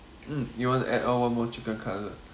mm you wanna add on one more chicken cutlet